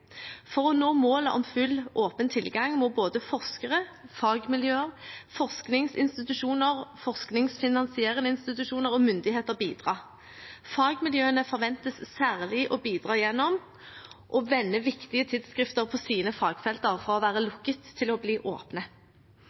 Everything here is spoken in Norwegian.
å nå målet om full åpen tilgang må både forskere, fagmiljøer, forskningsinstitusjoner, forskningsfinansierende institusjoner og myndigheter bidra. Fagmiljøene forventes særlig å bidra gjennom å vende viktige tidsskrifter på sine fagfelter fra å være lukket til å bli åpne.»